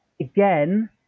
Again